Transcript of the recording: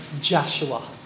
Joshua